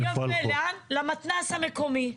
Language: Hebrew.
למתנ"ס המקומי.